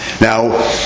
Now